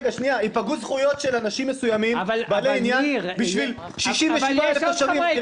יפגעו זכויות של אנשים מסוימים בעלי עניין בשביל 67,000 תושבים?